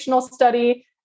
study